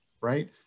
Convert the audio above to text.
right